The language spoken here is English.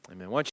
Amen